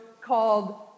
called